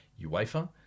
UEFA